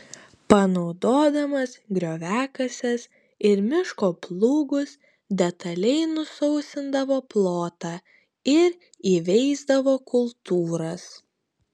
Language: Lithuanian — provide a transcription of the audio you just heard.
panaudodamas grioviakases ir miško plūgus detaliai nusausindavo plotą ir įveisdavo kultūras